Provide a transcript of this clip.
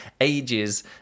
ages